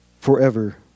forever